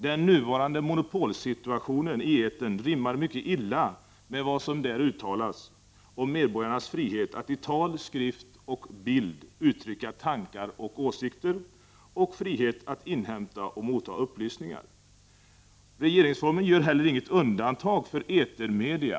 Den nuvarande monopolsituationen i etern rimmar mycket illa med vad som där uttalas om medborgarnas frihet att i tal, skrift och bild uttrycka tankar och åsikter — och frihet att inhämta och mottaga upplysningar. Regeringsformen gör heller inget undantag för etermedia.